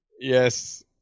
Yes